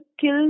kill